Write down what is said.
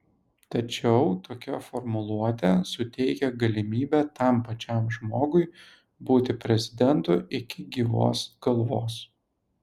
tačiau tokia formuluotė suteikia galimybę tam pačiam žmogui būti prezidentu iki gyvos galvos